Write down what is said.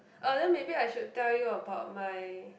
uh then maybe I should tell you about my